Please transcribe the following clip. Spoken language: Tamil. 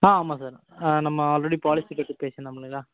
ஆ ஆமாம் சார் நம்ம ஆல்ரெடி பாலிசி பற்றி பேசியிருந்தோம் இல்லைங்களா